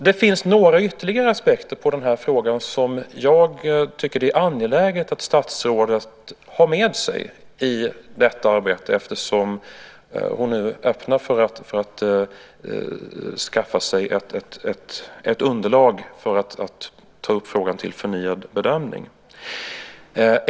Det finns några ytterligare aspekter på de här frågorna som jag tycker att det är angeläget att statsrådet har med sig i arbetet eftersom hon nu öppnar för att skaffa sig ett underlag för att ta upp frågan till förnyad bedömning.